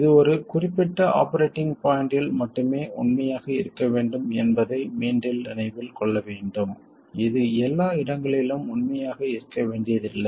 இது ஒரு குறிப்பிட்ட ஆபரேட்டிங் பாய்ண்ட்டில் மட்டுமே உண்மையாக இருக்க வேண்டும் என்பதை மீண்டும் நினைவில் கொள்ள வேண்டும் இது எல்லா இடங்களிலும் உண்மையாக இருக்க வேண்டியதில்லை